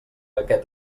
aquest